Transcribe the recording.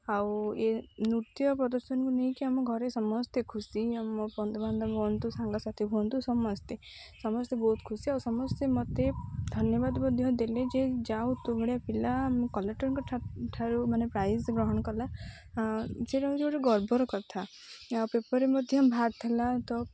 ଆଉ ଏ ନୃତ୍ୟ ପ୍ରଦର୍ଶନକୁ ନେଇକି ଆମ ଘରେ ସମସ୍ତେ ଖୁସି ଆମ ବନ୍ଧୁବାନ୍ଧବ ହୁଅନ୍ତୁ ସାଙ୍ଗସାଥି ହୁଅନ୍ତୁ ସମସ୍ତେ ସମସ୍ତେ ବହୁତ ଖୁସି ଆଉ ସମସ୍ତେ ମୋତେ ଧନ୍ୟବାଦ ମଧ୍ୟ ଦେଲେ ଯେ ଯାହଉ ତୋ ଭଳିଆ ପିଲା ଆମ କଲେକ୍ଟରଙ୍କଠ ଠାରୁ ମାନେ ପ୍ରାଇଜ ଗ୍ରହଣ କଲା ସେଇଟା ହେଉଛି ଗୋଟେ ଗର୍ବର କଥା ଆଉ ପେପରରେ ମଧ୍ୟ ବାହାରି ଥିଲା ତ